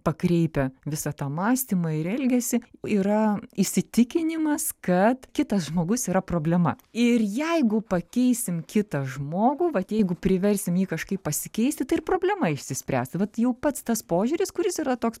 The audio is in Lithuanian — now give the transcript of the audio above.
pakreipia visą tą mąstymą ir elgesį yra įsitikinimas kad kitas žmogus yra problema ir jeigu pakeisim kitą žmogų vat jeigu priversim jį kažkaip pasikeisti tai ir problema išsispręs tai vat jau pats tas požiūris kuris yra toks